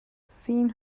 seeing